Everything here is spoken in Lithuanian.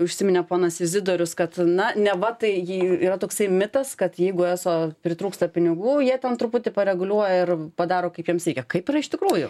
užsiminė ponas izidorius kad na neva tai ji yra toksai mitas kad jeigu eso pritrūksta pinigų jie ten truputį pareguliuoja ir padaro kaip jiems reikia kaip yra iš tikrųjų